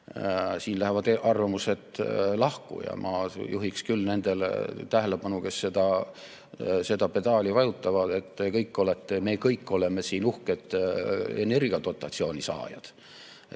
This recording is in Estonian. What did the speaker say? siin lähevad arvamused lahku. Ja ma juhiksin nende tähelepanu, kes seda pedaali vajutavad, sellele, et me kõik oleme siin uhked energiadotatsiooni saajad.